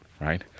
Right